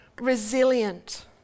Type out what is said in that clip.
resilient